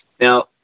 Now